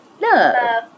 No